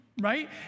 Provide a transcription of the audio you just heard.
right